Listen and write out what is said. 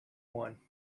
one